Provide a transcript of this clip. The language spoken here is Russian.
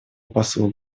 послу